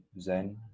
Zen